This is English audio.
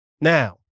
Now